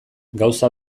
gauza